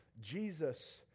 jesus